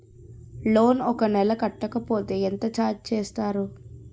Loan ఒక నెల కట్టకపోతే ఎంత ఛార్జ్ చేస్తారు?